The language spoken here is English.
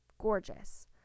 gorgeous